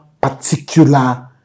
particular